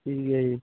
ਠੀਕ ਹੈ ਜੀ